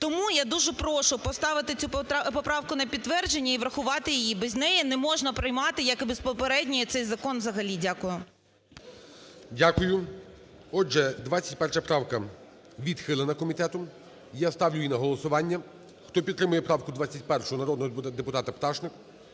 Тому я дуже прошу поставити цю поправку на підтвердження і врахувати її, без неї не можна приймати, як із без попередньої цей закон взагалі. Дякую. ГОЛОВУЮЧИЙ. Дякую. Отже, 21 правка відхилена комітетом. Я ставлю її на голосування. Хто підтримує правку 21 народного депутата Пташник,